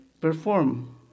perform